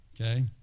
okay